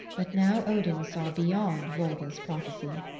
but now odin saw beyond volva's prophecy.